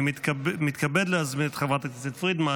אני מתכבד להזמין את חברת הכנסת פרידמן